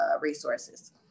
resources